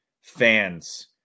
fans